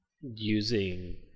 using